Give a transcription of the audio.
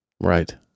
Right